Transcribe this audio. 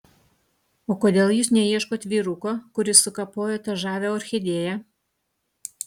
o kodėl jūs neieškot vyruko kuris sukapojo tą žavią orchidėją